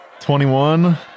21